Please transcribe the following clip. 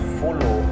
follow